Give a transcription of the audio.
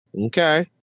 Okay